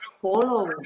follow